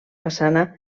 façana